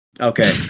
Okay